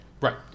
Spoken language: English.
Right